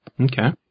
Okay